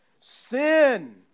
sin